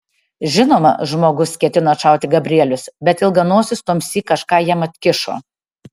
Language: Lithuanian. žinoma žmogus ketino atšauti gabrielius bet ilganosis tuomsyk kažką jam atkišo